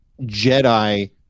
Jedi